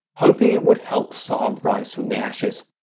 hoping it would help saab rise from the ashes.